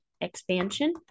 expansion